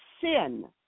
sin